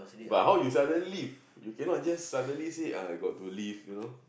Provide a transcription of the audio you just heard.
but how you sudden leave you cannot just suddenly say oh I got to leave you know